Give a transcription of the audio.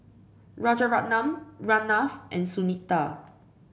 Rajaratnam Ramnath and Sunita